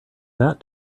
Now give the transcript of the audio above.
that